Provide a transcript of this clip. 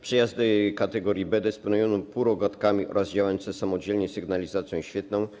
Przejazdy kategorii B dysponują półrogatkami oraz działającą samodzielnie sygnalizacją świetlną.